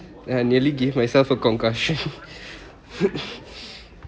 and I nearly gave myself a concussion